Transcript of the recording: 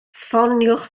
ffoniwch